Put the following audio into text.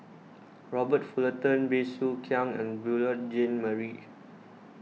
Robert Fullerton Bey Soo Khiang and Beurel Jean Marie